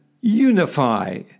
unify